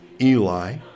eli